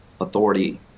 authority